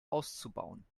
auszubauen